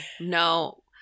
no